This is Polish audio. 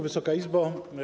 Wysoka Izbo!